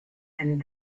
and